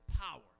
power